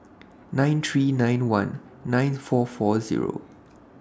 nine three nine one nine four four Zero